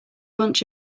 bunch